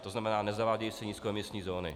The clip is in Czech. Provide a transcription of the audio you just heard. To znamená, nezavádějí se nízkoemisní zóny.